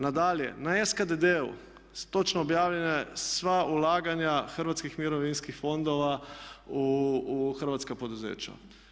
Nadalje, na SKD-u su točno objavljene sva ulaganja hrvatskih mirovinskih fondova u hrvatska poduzeća.